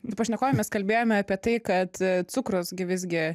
su pašnekove mes kalbėjome apie tai kad cukrus gi visgi